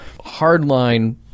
hardline